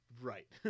Right